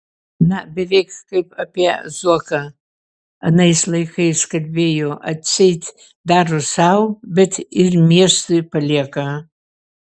na beveik kaip apie zuoką anais laikais kalbėjo atseit daro sau bet ir miestui palieka